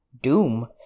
doom